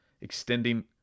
extending